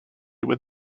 would